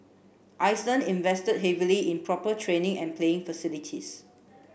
Iceland invested heavily in proper training and playing facilities